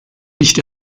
nicht